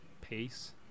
pace